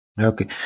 okay